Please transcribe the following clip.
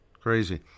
crazy